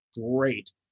great